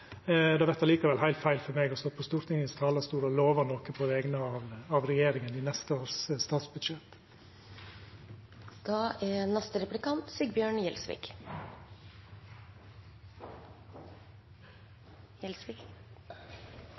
Det vert likevel heilt feil for meg å stå på talarstolen i Stortinget og lova noko på vegner av regjeringa i statsbudsjettet for neste